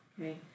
Okay